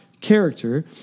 character